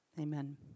Amen